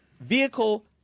vehicle